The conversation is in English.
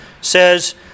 says